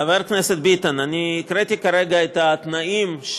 חבר הכנסת ביטן, אני הקראתי כרגע את התנאים.